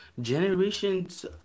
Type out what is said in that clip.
Generations